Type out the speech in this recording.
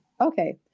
Okay